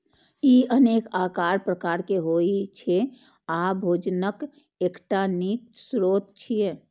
ई अनेक आकार प्रकार के होइ छै आ भोजनक एकटा नीक स्रोत छियै